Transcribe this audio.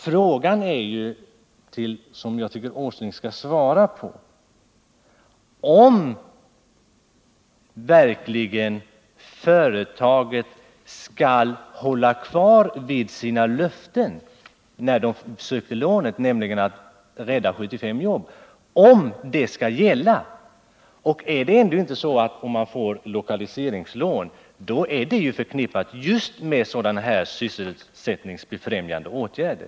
Frågan är då — och den tycker jag Nils Åsling skall svara på — om verkligen företaget skall stå fast vid det löfte som gavs när företaget sökte lånet, nämligen att rädda 75 jobb. Skall det löftet gälla? Det är väl så att om man får lokaliseringslån, då är detta förknippat just med sådana här sysselsättningsbefrämjande åtgärder?